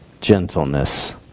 gentleness